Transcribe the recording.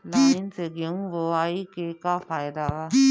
Line से गेहूं बोआई के का फायदा बा?